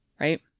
Right